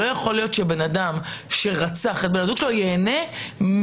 לא יכול להיות שבן אדם שרצח את בן הזוג שלו ייהנה ממשהו,